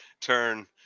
turn